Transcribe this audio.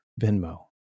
Venmo